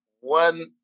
One